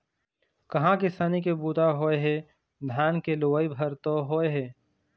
कहाँ किसानी के बूता ह होए हे, धान के लुवई भर तो होय हे